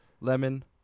Lemon